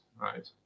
right